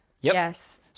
yes